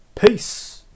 Peace